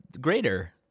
greater